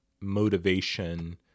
motivation